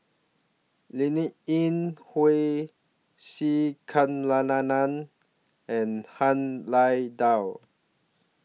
Linn in Hua C Kunalan and Han Lao DA